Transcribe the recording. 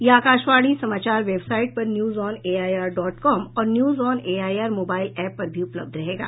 यह आकाशवाणी समाचार वेबसाइट पर news on AIR dot com और news on AIR mobile app पर भी उपलब्ध रहेगा